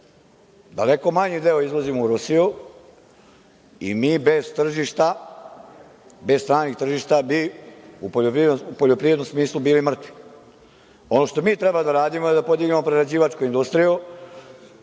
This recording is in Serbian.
Daleko manji deo izvozimo u Rusiju i mi bez tržišta, bez stranih tržišta bi, u poljoprivrednom smislu, bili mrtvi. Ono što mi treba da radimo je da podignemo prerađivačku industriju